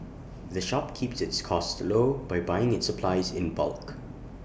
the shop keeps its costs low by buying its supplies in bulk